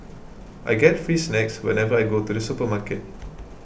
I get free snacks whenever I go to the supermarket